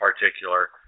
particular